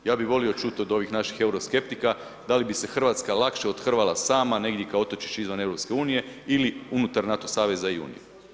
Ja bi volio čuti od ovih naših euroskeptika, da li bi se Hrvatska lakše othrvala sama, negdje, kao otočić izvan EU, ili unutar NATO saveza i Unije.